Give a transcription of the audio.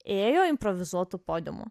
ėjo improvizuotu podiumu